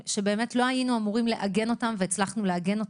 שלא היינו אמורים לעגן אותם אך הצלחנו לעגן אותם.